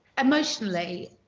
Emotionally